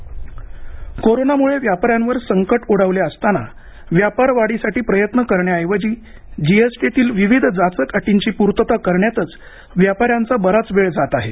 cat बंद कोरोनामुळे व्यापाऱ्यांवर संकट आेढावले असताना व्यापारवाढीसाठी प्रयत्न करण्याऐवजी जीएसटीतील विविध जाचक अटींची पूर्तता करण्यातच व्यापाऱ्यांचा बराच वेळ जात आहे